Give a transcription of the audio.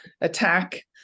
attack